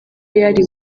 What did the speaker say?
yari